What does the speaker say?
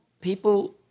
People